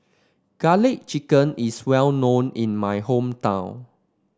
garlic chicken is well known in my hometown